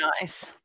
nice